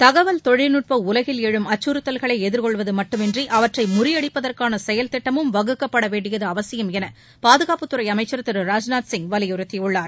தகவல் தொழில்நுட்ப உலகில் எழும் அச்சுறுத்தல்களை எதிர்கொள்வது மட்டுமின்றி அவற்றை முறியடிப்பதற்கான செயல் திட்டமும் வகுக்கப்பட வேண்டியது அவசியம் என பாதுகாப்பு துறை அமைச்சர் திரு ராஜ்நாத் சிங் வலியுறுத்தியுள்ளார்